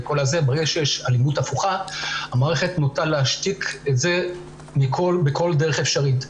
ברגע שיש אלימות הפוכה המערכת נוטה להשתיק את זה בכל דרך אפשרית.